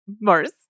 Mars